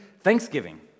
thanksgiving